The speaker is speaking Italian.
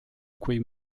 quei